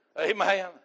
Amen